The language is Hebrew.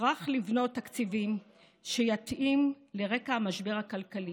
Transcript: יטרח לבנות תקציבים שיתאימו לרקע המשבר הכלכלי,